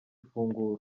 ifunguro